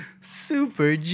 Super